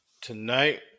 Tonight